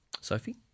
Sophie